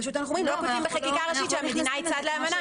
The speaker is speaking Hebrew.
אנחנו פשוט לא אומרים בחקיקה ראשית מדינה שהיא צד לאמנה.